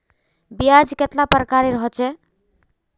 ब्याज कतेला प्रकारेर होचे?